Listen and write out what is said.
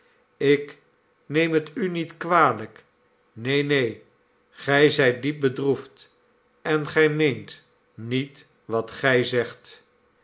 ik neem het u niet kwalijk neen neen gij zijt diep bedroefd en gij meent niet wat gij zegt